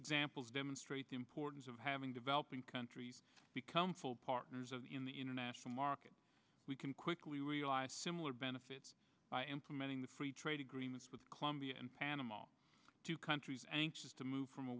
examples demonstrate the importance of having developing countries become full partners in the international market we can quickly realize similar benefits by implementing the free trade agreements with colombia and panama two countries anxious to move from a